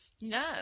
No